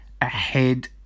Ahead